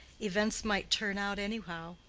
events might turn out anyhow,